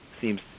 seems